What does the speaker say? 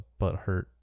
butthurt